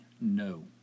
no